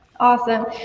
awesome